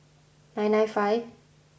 nine nine five